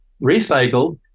recycled